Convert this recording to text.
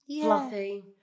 fluffy